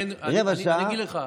רבע שעה,